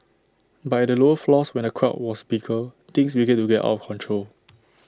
but at the lower floors where the crowds were bigger things began to get out of control